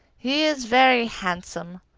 he is very handsome.